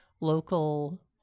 local